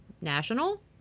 National